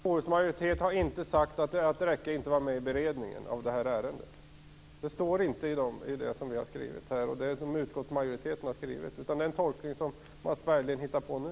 Herr talman! Jag håller inte med. KU:s majoritet har inte sagt att Rekke inte var med i beredningen av det här ärendet. Det står inte i det som utskottsmajoriteten har skrivit, utan det är en tolkning som Mats Berglind hittar på nu.